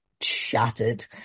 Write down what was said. shattered